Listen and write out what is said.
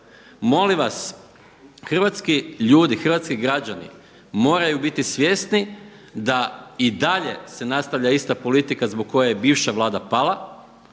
Molim vas hrvatski ljudi, hrvatski građani moraju biti svjesni da i dalje se nastavlja ista politika zbog koje je bivša Vlada pala,